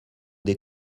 des